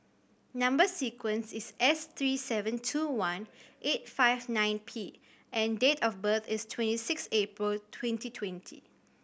number sequence is S three seven two one eight five nine P and date of birth is twenty six April twenty twenty